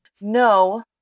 No